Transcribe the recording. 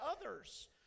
others